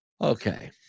Okay